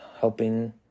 helping